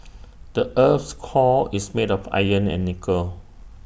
the Earth's core is made of iron and nickel